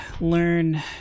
learn